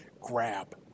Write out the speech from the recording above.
Grab